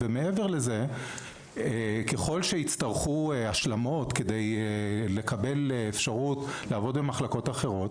מעבר לזה ככל שיצטרכו השלמות כדי לקבל אפשרות לעבוד במחלקות אחרות